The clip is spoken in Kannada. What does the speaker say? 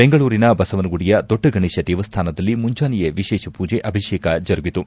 ಬೆಂಗಳೂರಿನ ಬಸವನಗುಡಿಯ ದೊಡ್ಡ ಗಣೇತ ದೇವಸ್ಥಾನದಲ್ಲಿ ಮುಂಜಾನೆಯೇ ವಿಶೇಷ ಮೂಜೆ ಅಭಿಷೇಕ ಜರುಗಿತು